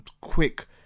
quick